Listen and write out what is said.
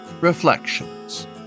Reflections